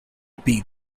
beat